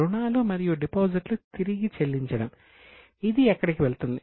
రుణాలు మరియు డిపాజిట్లు తిరిగి చెల్లించడం ఇది ఎక్కడికి వెళ్తుంది